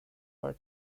for